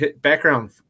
background